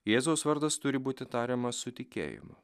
jėzaus vardas turi būti tariamas su tikėjimu